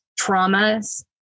traumas